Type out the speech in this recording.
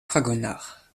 fragonard